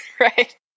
Right